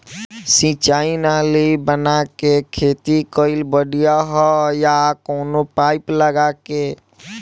सिंचाई नाली बना के खेती कईल बढ़िया ह या कवनो पाइप लगा के?